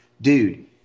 dude